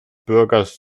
bürgers